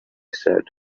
said